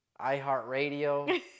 iHeartRadio